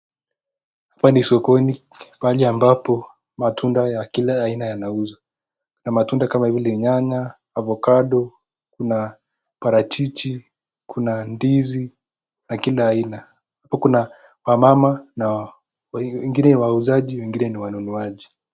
Hapa ni sokoni, pahali ambapo matunda ya kila aina yanauzwa. Kuna matunda kama vile nyanya, avocado , kuna parachichi, kuna ndizi na kila aina. Hapa kuna wamama na wengine ni wauzaji wengine ni wanuuzi.